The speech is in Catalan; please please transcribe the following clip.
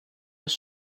les